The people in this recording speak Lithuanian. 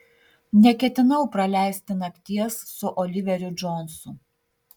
neketinau praleisti nakties su oliveriu džonsu